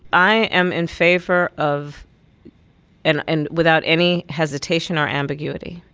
i am in favor of and and without any hesitation or ambiguity